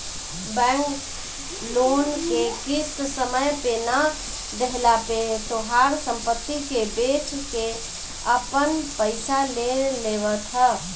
bank loan के किस्त समय पे ना देहला पे तोहार सम्पत्ति के बेच के आपन पईसा ले लेवत ह